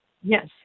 Yes